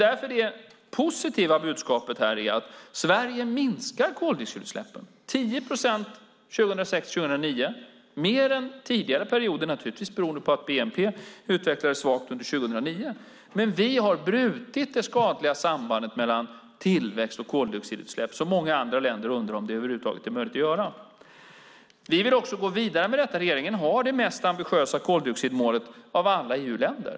Därför är det positiva budskapet här att Sverige minskat koldioxidutsläppen med 10 procent under åren 2006-2009 - mer än tidigare perioder, naturligtvis beroende på att bnp utvecklades svagt under år 2009. Vi har brutit det skadliga sambandet mellan tillväxt och koldioxidutsläpp, något som man i många andra länder undrar om det över huvud taget är möjligt att göra. Vi vill också gå vidare med detta. Regeringen har det mest ambitiösa koldioxidmålet av alla EU-länder.